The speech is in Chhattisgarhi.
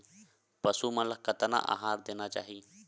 पशु मन ला कतना आहार देना चाही?